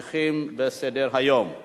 הצעת חוק חוזה